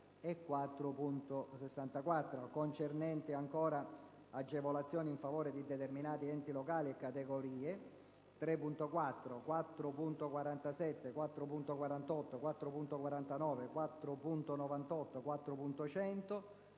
concernenti agevolazioni in favore di determinati enti locali e categorie: 3.4; 4.47, 4.48, 4.49; 4.98, 4.100;